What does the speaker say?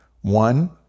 One